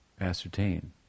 ascertain